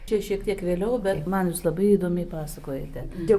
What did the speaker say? čia šiek tiek vėliau bet man jūs labai įdomiai pasakojate dėl